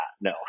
no